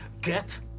Get